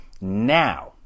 Now